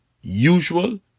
usual